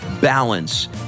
balance